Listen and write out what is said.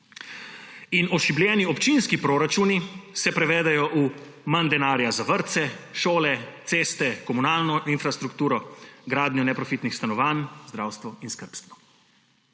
In ošibljeni občinski proračuni se prevedejo v manj denarja za vrtce, šole, ceste, komunalno infrastrukturo, gradnjo neprofitnih stanovanj, zdravstvo in skrbstvo.